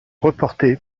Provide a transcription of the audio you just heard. reporté